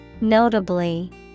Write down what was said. notably